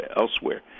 elsewhere